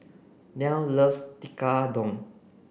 Nell loves Tekkadon